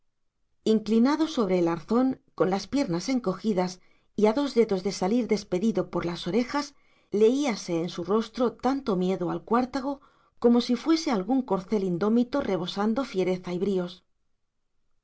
inclinado sobre el arzón con las piernas encogidas y a dos dedos de salir despedido por las orejas leíase en su rostro tanto miedo al cuartago como si fuese algún corcel indómito rebosando fiereza y bríos